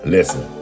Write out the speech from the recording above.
Listen